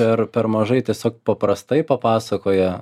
ir per mažai tiesiog paprastai papasakoja